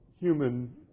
human